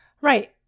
Right